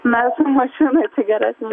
mes mašinoj geresnė